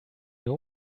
know